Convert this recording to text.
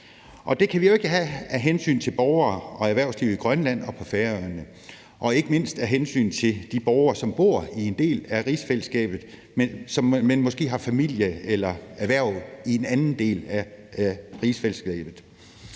Det kan vi jo ikke have af hensyn til borgere og erhvervsliv i Grønland og på Færøerne og ikke mindst af hensyn til de borgere, som bor i én del af rigsfællesskabet, men måske har familie eller erhverv i en anden del af rigsfællesskabet.